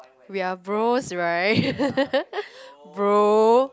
we are bros right bro